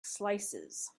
slices